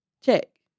check